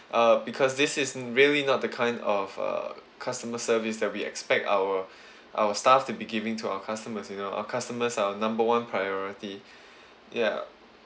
uh because this is really not the kind of uh customer service that we expect our our staff to be giving to our customers you know our customers are our number one priority ya